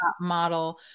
model